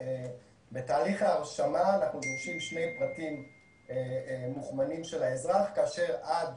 בתהליך ההרשמה אנחנו מבקשים שני פרטים מוכמנים של האזרח כאשר עד